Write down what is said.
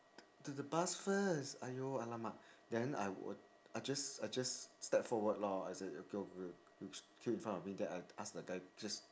to the bus first !aiyo! !alamak! then I I just I just step forward lor I said okay you queue in front of me then I ask the guy just